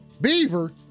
Beaver